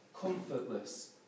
comfortless